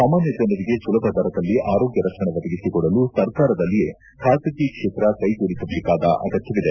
ಸಾಮಾನ್ಯ ಜನರಿಗೆ ಸುಲಭ ದರದಲ್ಲಿ ಆರೋಗ್ಯ ರಕ್ಷಣೆ ಒದಗಿಸಿಕೊಡಲು ಸರ್ಕಾರದಲ್ಲಿಯೇ ಬಾಸಗಿ ಕ್ಷೇತ್ರ ಕೈ ಜೋಡಿಸಬೇಕಾದ ಅಗತ್ತವಿದೆ